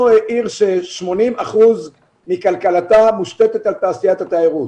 אנחנו עיר ש-80 אחוזים מכלכלתה מושתתת את תעשיית התיירות.